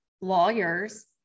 lawyers